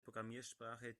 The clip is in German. programmiersprache